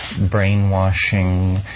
brainwashing